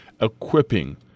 equipping